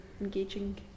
engaging